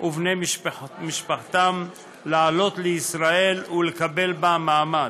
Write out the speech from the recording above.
ובני משפחתם לעלות לישראל ולקבל בה מעמד.